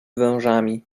wężami